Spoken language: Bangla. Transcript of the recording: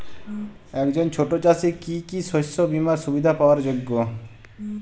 একজন ছোট চাষি কি কি শস্য বিমার সুবিধা পাওয়ার যোগ্য?